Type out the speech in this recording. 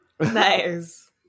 nice